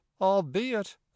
albeit